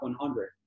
100